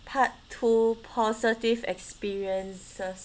part two positive experiences